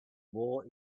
war